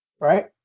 right